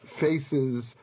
faces